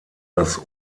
das